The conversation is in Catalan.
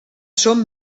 són